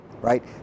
right